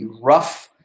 rough